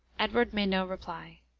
edward made no reply.